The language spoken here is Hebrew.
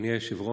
אדוני היושב-ראש,